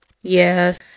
Yes